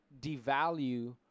devalue